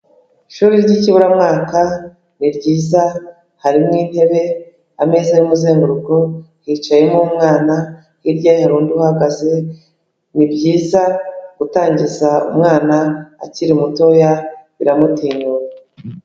Ishuri ry'ikiburamwaka ni ryiza hari n'intebe ameza y'umuzenguruko hicayemo umwana, hirya ye hari undi uhagaze, ni byiza gutangiza umwana akiri mutoya biramutinyuka.